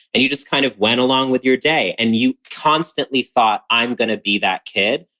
and you just kind of went along with your day and you constantly thought, i'm going to be that kid.